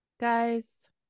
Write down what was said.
guys